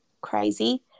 crazy